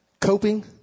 coping